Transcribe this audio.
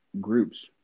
groups